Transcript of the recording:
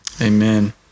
Amen